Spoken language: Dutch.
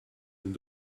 een